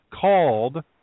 called